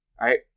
Right